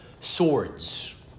swords